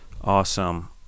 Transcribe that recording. awesome